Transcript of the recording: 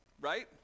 right